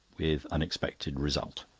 with unexpected result.